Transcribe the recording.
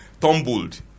tumbled